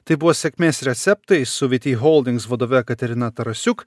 tai buvo sėkmės receptai su vyty holdings vadove katerina tarasiuk